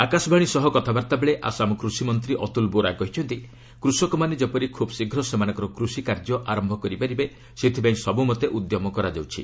ଆକାଶବାଣୀ ସହ କଥାବାର୍ତ୍ତା ବେଳେ ଆସାମ କୁଷି ମନ୍ତ୍ରୀ ଅତୁଲ ବୋରା କହିଛନ୍ତି କୃଷକମାନେ ଯେପରି ଖୁବ୍ ଶୀଘ୍ର ସେମାନଙ୍କର କୃଷି କାର୍ଯ୍ୟ ଆରମ୍ଭ କରିପାରିବେ ସେଥିପାଇଁ ସବୁମତେ ଉଦ୍ୟମ କରାଯାଉଛି